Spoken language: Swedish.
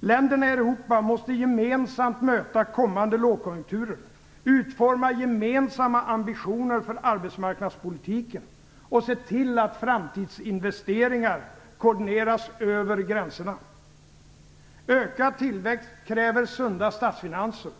Länderna i Europa måste gemensamt möta kommande lågkonjunkturer, utforma gemensamma ambitioner för arbetsmarknadspolitiken och se till att framtidsinvesteringar koordineras över gränserna. Ökad tillväxt kräver sunda statsfinanser.